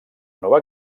nova